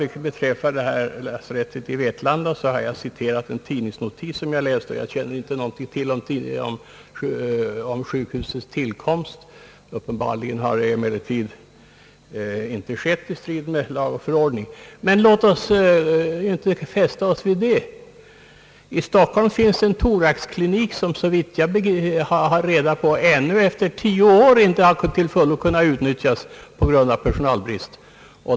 Beträffande lasarettet i Vetlanda har jag citerat en tidningsnotis som jag läst, och jag känner inte till någonting om sjukhusets tillkomst. Uppenbarligen har det emellertid inte tillkommit i strid mot lag och förordning. Men låt oss inte fästa oss vid det. I Stockholm finns en thoraxklinik, som såvitt jag vet ännu efter tio år inte har kunnat till fullo utnyttjas på grund av personalbrist.